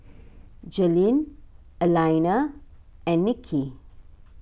Jalyn Alaina and Nicki